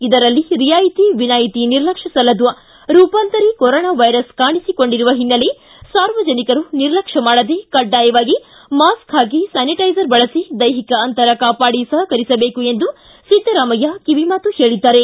ಇದರಲ್ಲಿ ರಿಯಾಯಿತಿ ವಿನಾಯಿತಿ ನಿರ್ಲಕ್ಷ್ಯ ಸಲ್ಲದು ರೂಪಾಂತರಿ ಕೊರೊನಾ ವೈರಸ್ ಕಾಣಿಸಿಕೊಂಡಿರುವ ಹಿನ್ನೆಲೆ ಸಾರ್ವಜನಿಕರು ನಿರ್ಲಕ್ಷ್ಯ ಮಾಡದೆ ಕಡ್ಡಾಯವಾಗಿ ಮಾಸ್ಕ್ ಹಾಕಿ ಸಾನಿಟೈಸರ್ ಬಳಸಿ ದೈಹಿಕ ಅಂತರ ಕಾಪಾಡಿ ಸಹಕರಿಸಬೇಕು ಎಂದು ಸಿದ್ದರಾಮಯ್ಯ ಕಿವಿಮಾತು ಹೇಳಿದ್ದಾರೆ